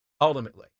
ultimately